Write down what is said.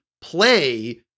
play